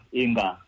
inga